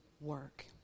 work